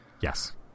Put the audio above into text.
Yes